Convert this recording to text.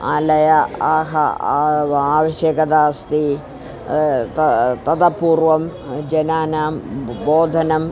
आलयम् आह आव आवश्यकता अस्ति ततःपूर्वं जनानां बोधनम्